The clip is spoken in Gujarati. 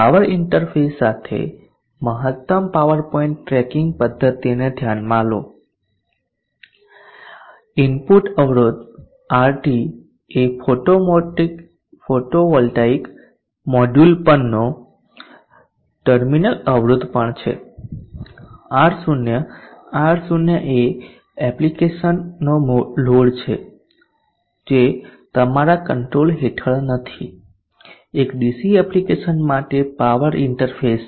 પાવર ઇંટરફેસ સાથે મહત્તમ પાવર પોઇન્ટ ટ્રેકિંગ પધ્ધતિને ધ્યાનમાં લો ઇનપુટ અવરોધ RT એ ફોટોવોલ્ટેઇક મોડ્યુલ પરનો ટર્મિનલ અવરોધ પણ છે R0 R0 એ એપ્લિકેશનનો લોડ છે જે તમારા કંટ્રોલ હેઠળ નથી એક ડીસી એપ્લિકેશન માટે પાવર ઇન્ટરફેસ છે